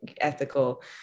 ethical